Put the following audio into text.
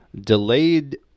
Delayed